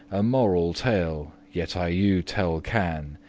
a moral tale yet i you telle can,